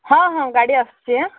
ହଁ ହଁ ଗାଡ଼ି ଆସୁଛି ହାଁ